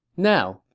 now,